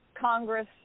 Congress